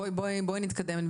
בואי נתקדם.